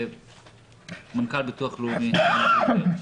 מנכ"ל הביטוח הלאומי מאיר,